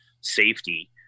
safety